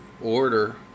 order